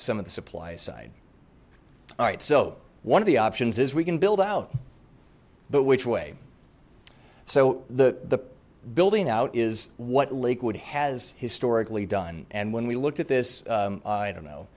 some of the supply side all right so one of the options is we can build out but which way so the the building out is what lakewood has historically done and when we looked at this i don't know